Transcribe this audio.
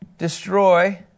Destroy